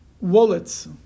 wallets